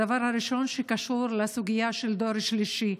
הדבר הראשון קשור לסוגיה של דור שלישי.